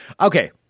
Okay